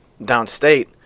downstate